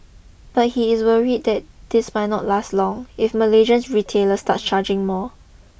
but he is worried that this might not last long if Malaysian retailers start charging more